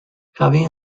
having